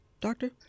doctor